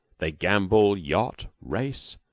they gamble, yacht, race,